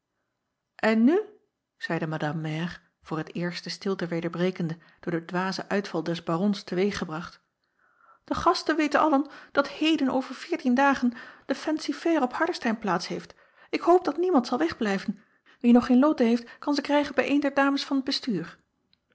n nu zeide madame mère voor t eerst de stilte acob van ennep laasje evenster delen weder brekende door den dwazen uitval des arons te weeg gebracht de gasten weten allen dat heden over veertien dagen de fancy-fair op ardestein plaats heeft k hoop dat niemand zal wegblijven wie nog geen loten heeft kan ze krijgen bij eene der ames van het